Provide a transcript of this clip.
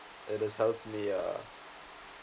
it has helped me uh